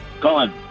Colin